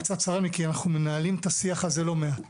קצת צר לי כי אנחנו מנהלים את השיח הזה לא מעט